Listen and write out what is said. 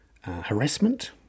harassment